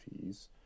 fees